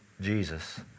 Jesus